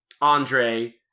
Andre